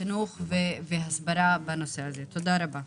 אבל השאלה רלוונטית גם לגבי רשויות נוספות.